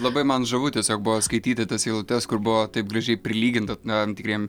labai man žavu tiesiog buvo skaityti tas eilutes kur buvo taip gražiai prilyginta tam tikriem